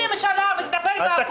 אז תקים ממשלה ותדבר איתה הכול.